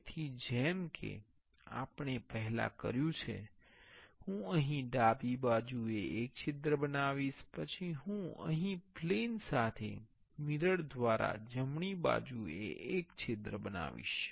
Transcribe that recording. તેથી જેમ કે આપણે પહેલા કર્યું છે હું અહીં ડાબી બાજુએ એક છિદ્ર બનાવીશ પછી હું અહીં પ્લેન સાથે મિરર દ્વારા જમણી બાજુ એ એક છિદ્ર બનાવીશ